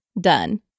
done